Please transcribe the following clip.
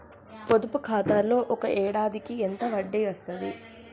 పొదుపు ఖాతాలో ఒక ఏడాదికి ఎంత వడ్డీ వస్తది?